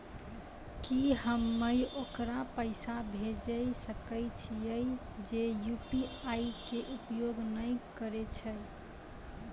की हम्मय ओकरा पैसा भेजै सकय छियै जे यु.पी.आई के उपयोग नए करे छै?